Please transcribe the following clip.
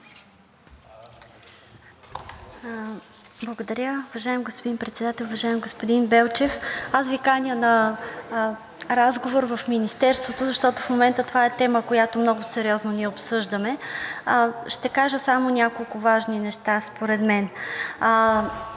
Благодаря. Уважаеми господин Председател! Уважаеми господин Белчев, аз Ви каня на разговор в Министерството, защото в момента това е тема, която много сериозно ние обсъждаме. Ще кажа само няколко важни неща според мен.